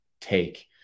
take